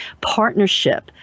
partnership